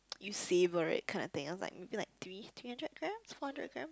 you savour it kinda thing I was like maybe like three three hundred grams four hundred grams